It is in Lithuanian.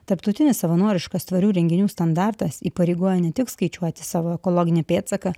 tarptautinis savanoriškas tvarių renginių standartas įpareigoja ne tik skaičiuoti savo ekologinį pėdsaką